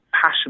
passion